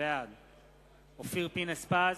בעד אופיר פינס-פז,